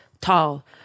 tall